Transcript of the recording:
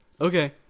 Okay